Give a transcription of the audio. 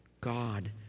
God